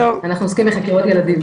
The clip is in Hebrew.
אנחנו עוסקים בחקירות ילדים.